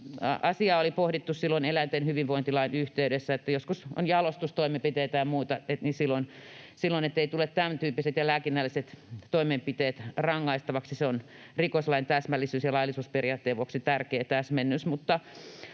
asiaa oli pohdittu silloin eläinten hyvinvointilain yhteydessä, että kun joskus on jalostustoimenpiteitä ja muuta, niin silloin eivät tule tämäntyyppiset ja lääkinnälliset toimenpiteet rangaistavaksi. Se on rikoslain täsmällisyys- ja laillisuusperiaatteen vuoksi tärkeä täsmennys.